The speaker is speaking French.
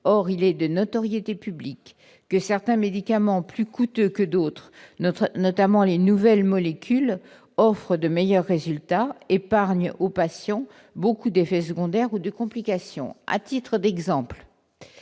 Or il est de notoriété publique que certains médicaments, plus coûteux que d'autres- notamment les nouvelles molécules -, offrent de meilleurs résultats, épargnent aux patients beaucoup d'effets secondaires ou de complications. Les médicaments